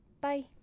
Bye